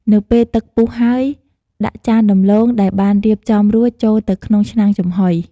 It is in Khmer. នៅពេលទឹកពុះហើយ ដាក់ចានដំឡូងដែលបានរៀបចំរួចចូលទៅក្នុងឆ្នាំងចំហុយ។